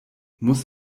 muss